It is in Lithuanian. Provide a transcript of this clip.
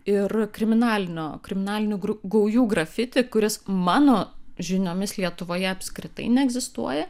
ir kriminalinio kriminalinių gaujų grafiti kuris mano žiniomis lietuvoje apskritai neegzistuoja